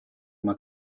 una